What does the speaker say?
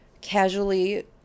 casually